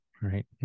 right